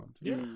Yes